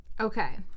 Okay